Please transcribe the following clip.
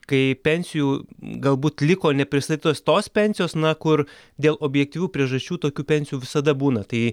kai pensijų galbūt liko nepristatytos tos pensijos na kur dėl objektyvių priežasčių tokių pensijų visada būna tai